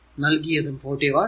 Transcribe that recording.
നൽകിയതും 40 വാട്ട്